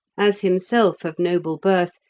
as himself of noble birth,